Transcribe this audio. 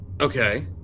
Okay